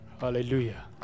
Hallelujah